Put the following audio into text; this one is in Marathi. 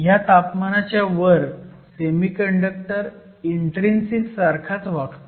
ह्या तापमानाच्या वर सेमीकंडक्टर इन्ट्रीन्सिक सारखाच वागतो